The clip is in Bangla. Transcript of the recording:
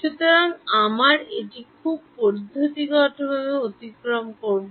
সুতরাং আমরা এটি খুব পদ্ধতিগতভাবে অতিক্রম করব